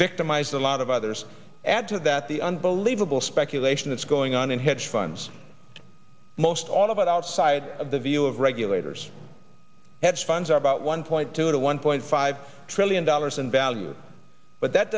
victimized a lot of others add to that the unbelievable speculation that's going on in hedge funds most all of it outside of the view of regulators have funds are about one point two to one point five trillion dollars in value but that